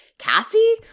Cassie